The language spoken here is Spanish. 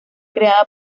creada